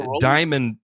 diamond